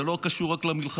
זה לא קשור רק למלחמה.